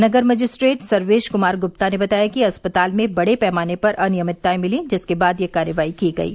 नगर magistrate Sarvesh Kumar Gupta ने बताया कि अस्पताल में बड़े पैमाने पर अनियमितताएं मिलीं जिसके बाद यह कार्रवाई की गयी